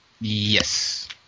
Yes